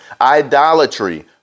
idolatry